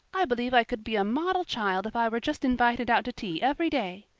i believe i could be a model child if i were just invited out to tea every day.